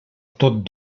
tot